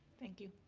thank you.